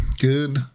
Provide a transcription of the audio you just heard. Good